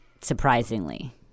surprisingly